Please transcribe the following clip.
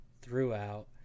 throughout